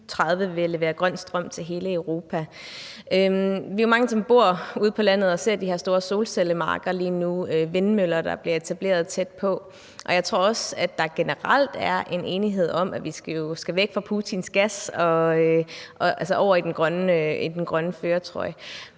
2030 vil levere grøn strøm til hele Europa. Vi er jo mange, som bor ude på landet og ser de her store solcellemarker lige nu og vindmøller, der bliver etableret tæt på. Jeg tror også, at der generelt er en enighed om, at vi skal væk fra Putins gas og over i den grønne førertrøje.